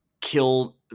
kill